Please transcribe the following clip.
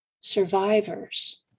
survivors